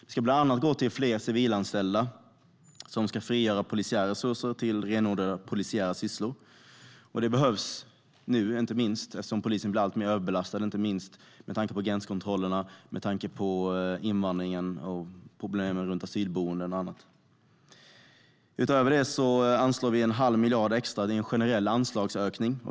Det ska bland annat gå till fler civilanställda som ska frigöra polisiära resurser till renodlade polisiära sysslor. Det behövs nu eftersom polisen blir alltmer överbelastad, inte minst med tanke på gränskontrollerna, invandringen och problemen runt asylboenden och annat. Utöver detta anslår vi en halv miljard extra. Det är en generell anslagsökning.